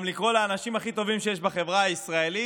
גם לקרוא לאנשים הכי טובים שיש בחברה הישראלית